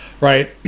Right